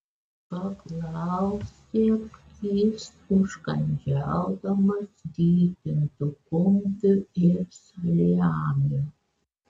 paklausė jis užkandžiaudamas vytintu kumpiu ir saliamiu